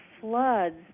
floods